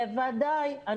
בוודאי.